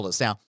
Now